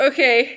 Okay